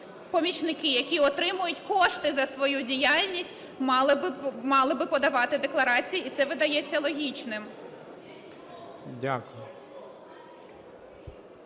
помічники, які отримують кошти за свою діяльність, мали би подавати декларації, і це видається логічним.